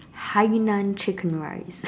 Hainan chicken rice